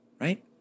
right